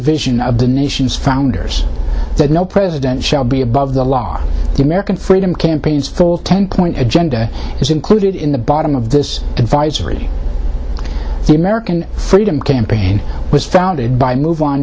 vision of the nation's founders that no president shall be above the law the american freedom campaigns ten point agenda is included in the bottom of this advisory the american freedom campaign was founded by move on